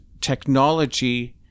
technology